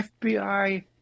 FBI